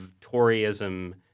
Toryism